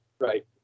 right